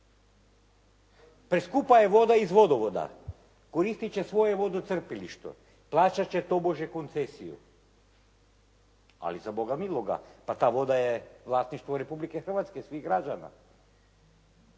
Preskupa je voda iz vodovoda, koristiti će svoje vodocrpilište, plaćati će tobože koncesiju. Ali za Boga miloga, pa ta voda je vlasništvo Republike Hrvatske, svih građana.